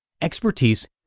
Expertise